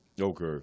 Okay